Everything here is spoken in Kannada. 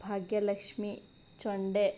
ಭಾಗ್ಯಲಕ್ಷ್ಮಿ ಚೊಂಡೆ